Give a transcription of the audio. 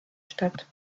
statt